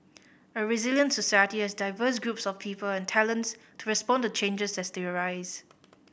a resilient society has diverse groups of people and talents to respond to changes as they arise